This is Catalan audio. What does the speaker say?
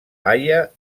haia